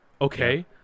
okay